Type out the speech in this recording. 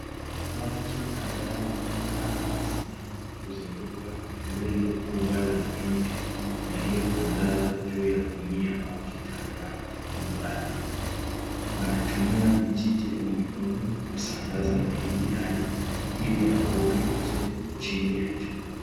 Watu kadhaa wamekaa na kusimama kuzunguka rundo kubwa la mahindi yaliotandazwa juu ya gunia au kitambaa kikubwa ardhini. Wanatumia vijiti au mikono kusambaza mahindi hayo ili yakauke vizuri chini ya jua.